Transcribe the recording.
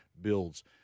builds